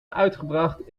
uitgebracht